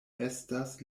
estas